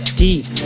deep